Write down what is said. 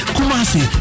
Kumasi